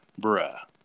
Bruh